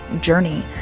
journey